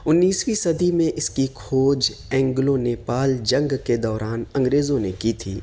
انیسویں صدی میں اس کی کھوج اینگلو نیپال جنگ کے دوران انگریزوں نے کی تھی